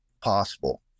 possible